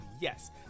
yes